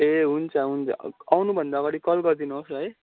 ए हुन्छ हुन्छ आउनुभन्दा अगाडि कल गरिदिनुहोस् है